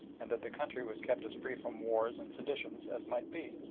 and that the country was kept as free from wars and seditions as might be.